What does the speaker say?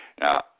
Now